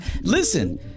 listen